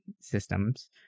systems